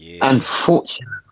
Unfortunately